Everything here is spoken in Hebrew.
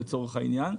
לצורך העניין.